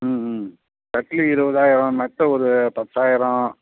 ம் ம் கட்லு இருபதாயிரம் மெத்தை ஒரு பத்தாயிரம்